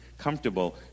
comfortable